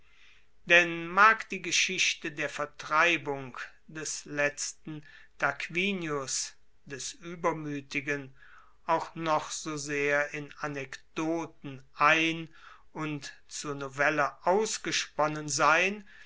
denn mag die geschichte der vertreibung des letzten tarquinius des uebermuetigen auch noch so sehr in anekdoten ein und zur novelle ausgesponnen sein